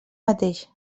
mateix